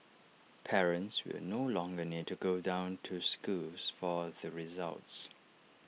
parents will no longer need to go down to schools for the results